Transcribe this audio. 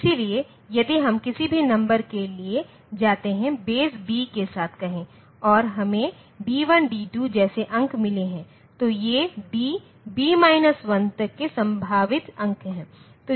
इसलिए यदि हम किसी भी नंबर के लिए जाते हैं बेस b के साथ कहें और इसे d1 d2 जैसे अंक मिले हैं तो ये db 1 तक के संभावित अंक हैं